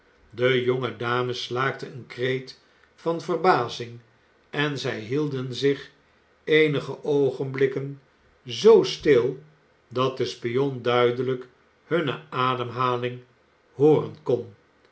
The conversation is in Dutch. de jonge dame slaakte een kreet van verbazing en zij hielden zich eenige oogenblikken zoo stil dat de spion duidelijk hunne ademhaling hooren kon